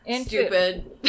Stupid